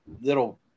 little